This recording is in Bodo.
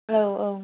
औ औ